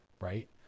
right